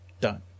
done